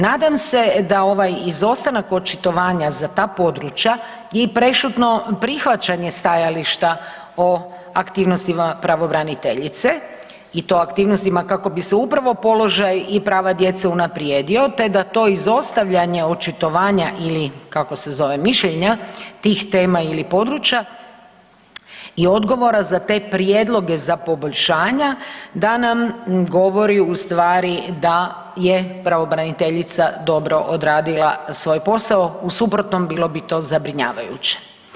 Nadam se da ovaj izostanak očitovanja za to područja i prešutno prihvaćanje stajališta o aktivnosti pravobraniteljice, i to aktivnostima kako bi se upravo položaj i prava djece unaprijedio te da to izostavljanje očitovanja ili kako se zove, mišljenja, tih tema ili područja, i odgovora za te prijedloge za poboljšanja, da nam govori ustvari da je pravobraniteljica dobro odradila svoj posao, u suprotnom, bilo bi to zabrinjavajuće.